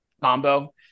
combo